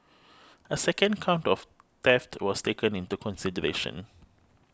a second count of theft was taken into consideration